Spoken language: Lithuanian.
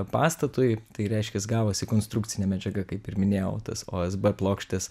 pastatui tai reiškias gavosi konstrukcinė medžiaga kaip ir minėjau tas osb plokštes